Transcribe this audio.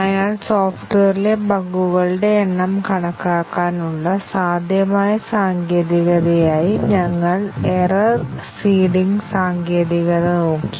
അതിനാൽ സോഫ്റ്റ്വെയറിലെ ബഗുകളുടെ എണ്ണം കണക്കാക്കാനുള്ള സാധ്യമായ സാങ്കേതികതയായി ഞങ്ങൾ എറർ സീഡിംഗ് സാങ്കേതികത നോക്കി